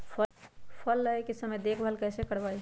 फल लगे के समय देखभाल कैसे करवाई?